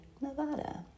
Nevada